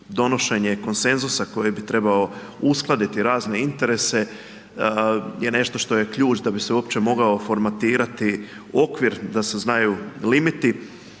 Donošenje konsenzusa koji bi trebao uskladiti razne interese je nešto što je ključ da bi se uopće mogao formatirati okvir da se znaju limiti.